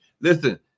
Listen